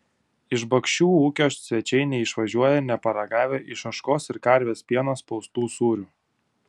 iš bakšių ūkio svečiai neišvažiuoja neparagavę iš ožkos ir karvės pieno spaustų sūrių